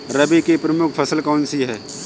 रबी की प्रमुख फसल कौन सी है?